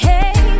Hey